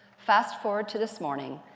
fast forward to this morning,